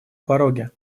пороге